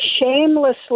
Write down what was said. shamelessly